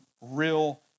real